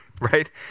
right